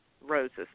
roses